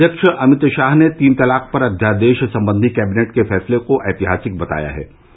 भाजपा अध्यक्ष अमित शाह ने तीन तलाक पर अध्यादेश संबंधी कैबिनेट के फैसले को ऐतिहासिक बताया है